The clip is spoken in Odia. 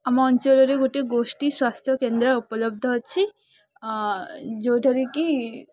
ଆମ ଅଞ୍ଚଳରେ ଗୋଟେ ଗୋଷ୍ଠୀ ସ୍ୱାସ୍ଥ୍ୟକେନ୍ଦ୍ର ଉପଲବ୍ଧ ଅଛି ଯେଉଁଠାରେକି